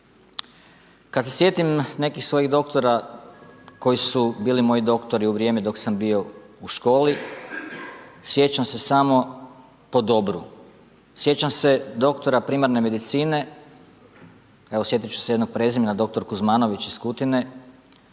Kad se sjetim nekih svojih doktora koji su bili moji doktori u vrijeme dok sam bio u školi, sjećam se samo po dobru. Sjećam se doktora primarne medicine, evo sjetit ću se jednog prezimena, doktor Kuzmanović iz Kutine